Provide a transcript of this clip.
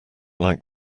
like